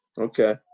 Okay